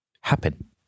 happen